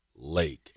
lake